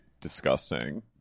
disgusting